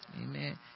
Amen